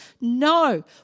No